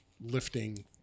lifting